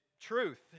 truth